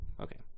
Okay